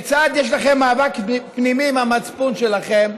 כיצד יש לכם מאבק פנימי עם המצפון שלכם,